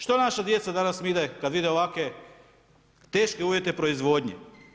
Što naša djece danas vide kada vide ovakve teške uvjete proizvodnje?